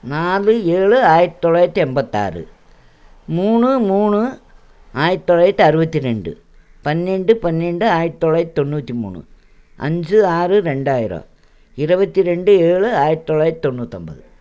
நாலு ஏழு ஆயிரத் தொளாயித்து எண்பத்தாறு மூணு மூணு ஆயிரத் தொளாயித்து அறுபத்தி ரெண்டு பன்னெண்டு பன்னெண்டு ஆயிரத் தொளாயித் தொண்ணூற்றி மூணு அஞ்சு ஆறு ரெண்டாயிரம் இருவத்தி ரெண்டு ஏழு ஆயிரத் தொள்ளாயித் தொண்ணூற்தொம்பது